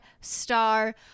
star